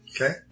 Okay